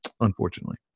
unfortunately